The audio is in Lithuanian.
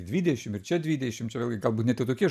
dvidešim ir čia dvidešim čia galbūt net ir tokie